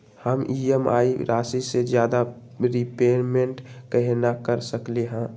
हम ई.एम.आई राशि से ज्यादा रीपेमेंट कहे न कर सकलि ह?